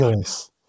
Yes